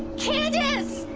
candace.